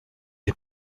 est